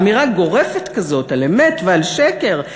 באמירה גורפת כזאת על אמת ועל שקר,